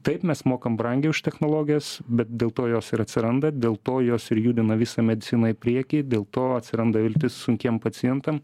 taip mes mokam brangiai už technologijas bet dėl to jos ir atsiranda dėl to jos ir judina visą medicina į priekį dėl to atsiranda viltis sunkiem pacientam